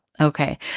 Okay